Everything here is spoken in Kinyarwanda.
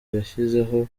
yashyizeho